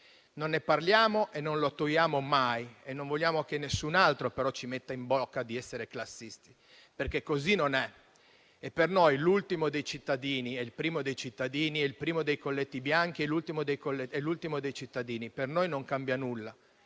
non ne parliamo, non lo attuiamo mai e non vogliamo che nessun altro ci metta in bocca di essere classisti, perché così non è. Per noi l'ultimo dei cittadini è il primo dei cittadini e il primo dei colletti bianchi è l'ultimo dei cittadini: per noi non cambia nulla.